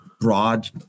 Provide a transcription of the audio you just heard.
broad